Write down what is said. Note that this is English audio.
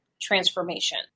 transformation